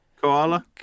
Koala